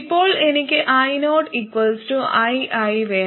ഇപ്പോൾ എനിക്ക് ioii വേണം